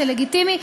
זה לגיטימי,